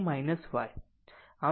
61 ampere આવી રહ્યું છે